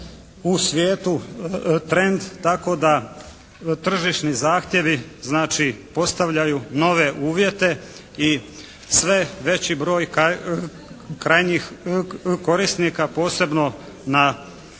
u svijetu trend tako da tržišni zahtjevi znači postavljaju nove uvjete i sve veći broj krajnjih korisnika, posebno na